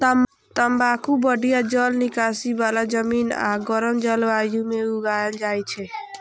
तंबाकू बढ़िया जल निकासी बला जमीन आ गर्म जलवायु मे उगायल जाइ छै